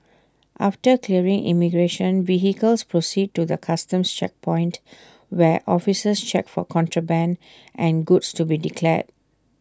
after clearing immigration vehicles proceed to the Customs checkpoint where officers check for contraband and goods to be declared